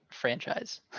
franchise